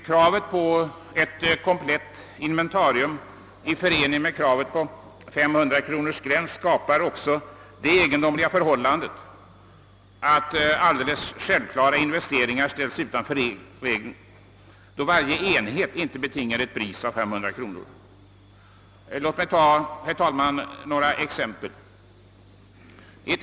Kravet på ett komplett inventarium i förening med kravet på en gräns vid 500 kronor skapar också det egendomliga förhållandet, att alldeles självklara investeringar ställs utanför regeln i de fall, då varje enhet inte betingar ett pris av 500 kronor. Låt mig, herr talman, ta några exempel.